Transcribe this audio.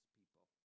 people